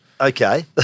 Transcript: Okay